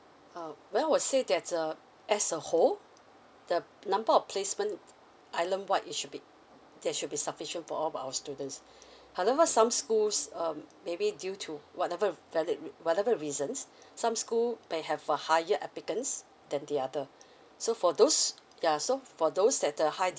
uh well I'd say that uh as a whole the number of placement island wide it should be there should be sufficient for all of our students however some schools um maybe due to whatever valid whatever reasons some school may have a higher applicants than the other so for those ya so for those that the high